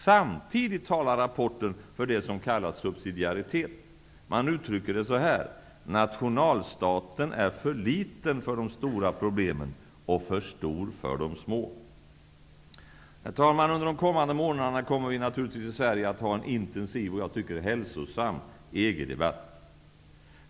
Samtidigt talas det i rapporten för det som kallas subsidiaritet. Man uttrycker det så här: Nationalstaten är för liten för de stora problemen och för stor för de små. Under de kommande månaderna kommer vi i Sverige att ha en intensiv och hälsosam EG-debatt.